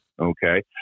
okay